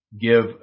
give